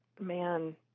Man